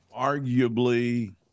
arguably